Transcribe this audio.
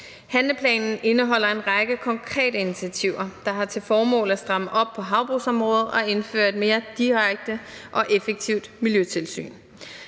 Handleplanen indeholder en række konkrete initiativer, der har til formål at stramme op på havbrugsområdet og indføre et mere direkte og effektivt miljøtilsyn.